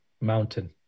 Mountain